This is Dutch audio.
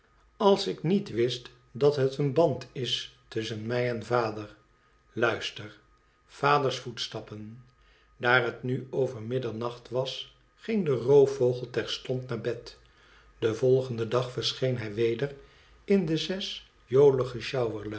ala ik niet wist dat het een band is tusschen mij en vader luister vadera voetstappen daar het na over middernacht was ging de roofvogel terstond naar bed den volgenden da verscheen hij weder in de zes